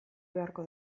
beharko